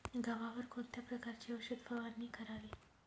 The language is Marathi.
गव्हावर कोणत्या प्रकारची औषध फवारणी करावी?